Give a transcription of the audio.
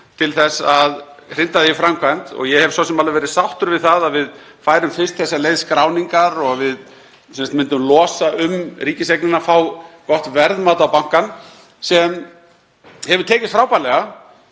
til að hrinda því í framkvæmd og ég hef svo sem alveg verið sáttur við það að við færum fyrst þessa leið skráningar og við myndum losa um ríkiseignina, fá gott verðmat á bankann, sem hefur tekist frábærlega.